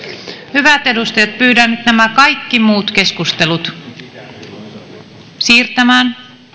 hyvät edustajat pyydän nyt nämä kaikki muut keskustelut siirtämään